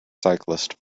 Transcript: cyclist